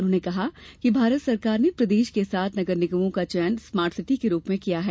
उन्होंने कहा कि भारत सरकार ने प्रदेश के सात नगर निगमों का चयन स्मार्ट सिटी के रूप में किया है